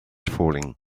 falling